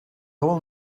all